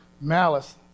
Malice